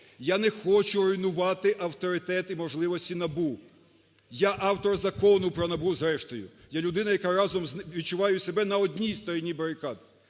Я не хочу руйнувати авторитет і можливості НАБУ. Я – автор Закону про НАБУ, зрештою. Я – людина, яка разом… відчуваю себе на одній стороні барикад.